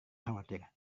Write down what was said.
khawatir